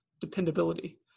dependability